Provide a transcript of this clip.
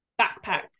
backpack